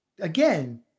again